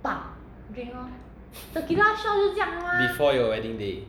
before your wedding day